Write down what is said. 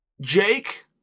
Jake